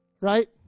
Right